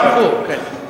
הפרשים ברחו, כן.